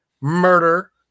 murder